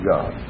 God